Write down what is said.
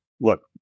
look